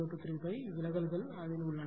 0235 விலகல்கள் உள்ளன